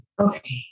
Okay